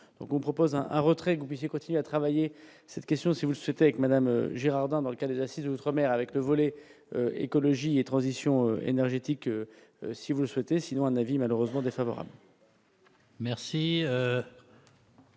on propose un retrait que vous puissiez continuer à travailler cette question si vous souhaitez avec Madame Girardin, dans le cas des assises Outre-Mer avec le volet écologie et transition énergétique si vous souhaitez sinon un avis malheureusement défavorable.